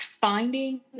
finding